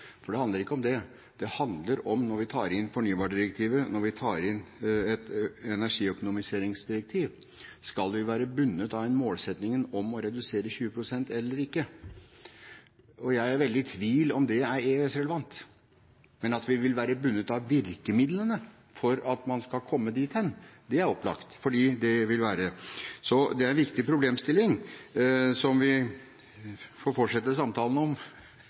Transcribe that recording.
problemstillingen. Det handler ikke om det. Det handler om når vi tar inn fornybardirektivet, og når vi tar inn et energiøkonomiseringsdirektiv: Skal vi være bundet av en målsetting om å redusere 20 pst., eller ikke? Jeg er veldig i tvil om det er EØS-relevant. Men at vi vil være bundet av virkemidlene for at man skal komme dit hen ‒ det er opplagt. Det er en viktig problemstilling, som vi får fortsette samtalen om